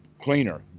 cleaner